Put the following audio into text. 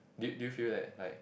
do do you feel that like